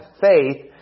faith